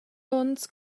onns